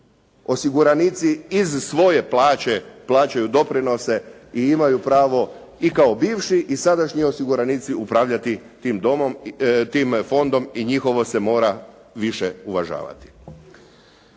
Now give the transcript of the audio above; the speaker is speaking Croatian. Osiguranici iz svoje plaće plaćaju doprinose i imaju pravo i kao bivši i sadašnji osiguranici upravljati tim fondom i njihovo se mora više uvažavati.